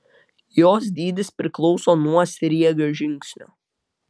jos dydis priklauso nuo sriegio žingsnio